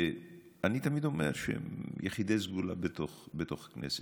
אני תמיד אומר שהם יחידי סגולה בתוך הכנסת.